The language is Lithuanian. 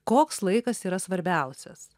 koks laikas yra svarbiausias